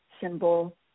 symbol